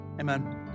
amen